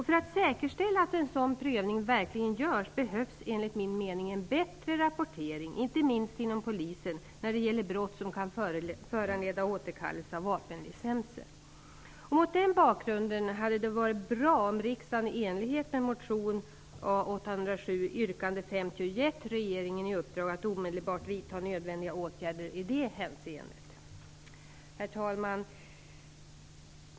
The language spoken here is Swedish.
För att säkerställa att det verkligen görs en sådan prövning behövs det, enligt min mening, en bättre rapportering, inte minst inom polisen, när det gäller brott som kan föranleda återkallelse av vapenlicenser. Mot den bakgrunden hade det varit bra om riksdagen i enlighet med motion 807 yrkande 50 gett regeringen i uppdrag att omedelbart vidta nödvändiga åtgärder i det hänseendet. Herr talman!